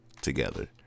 together